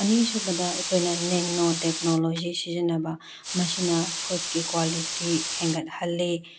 ꯑꯅꯤꯁꯨꯕꯗ ꯑꯩꯈꯣꯏꯅ ꯅꯦꯡꯅꯣ ꯇꯦꯛꯅꯣꯂꯣꯖꯤ ꯁꯤꯖꯤꯟꯅꯕ ꯃꯁꯤꯅ ꯐꯨꯗꯀꯤ ꯀ꯭ꯋꯥꯂꯤꯇꯤ ꯍꯦꯟꯒꯠꯍꯜꯂꯤ